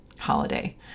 holiday